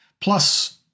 Plus